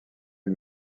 est